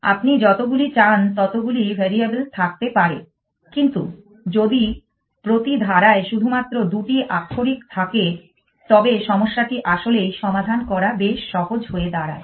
আপনি যতগুলি চান ততগুলি ভ্যারিয়েবল থাকতে পারে কিন্তু যদি প্রতি ধারায় শুধুমাত্র দুটি আক্ষরিক থাকে তবে সমস্যাটি আসলেই সমাধান করা বেশ সহজ হয়ে দাঁড়ায়